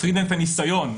דוקטרינת הניסיון,